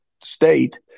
state